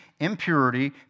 impurity